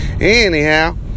Anyhow